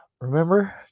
Remember